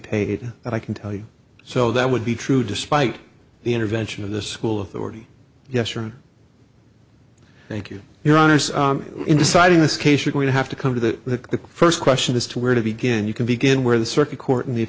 paid and i can tell you so that would be true despite the intervention of the school authorities yes sure thank you your honor sir in deciding this case you're going to have to come to the first question as to where to begin you can begin where the circuit court in the